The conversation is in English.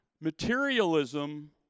Materialism